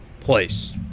place